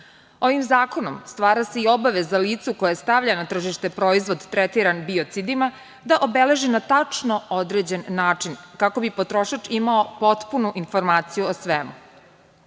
Ovim zakonom stvara se i obaveza licu koje stavlja na tržište proizvod tretiran biocidima da obeleži na tačno određen način kako bi potrošač imao potpunu informaciju o svemu.U